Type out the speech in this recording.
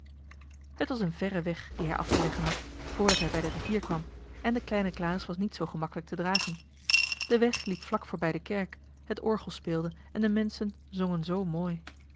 het was een verre weg dien hij af te leggen had voordat hij bij de rivier kwam en de kleine klaas was niet zoo gemakkelijk te dragen de weg liep vlak voorbij de kerk het orgel speelde en de menschen zongen zoo mooi